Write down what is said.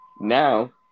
Now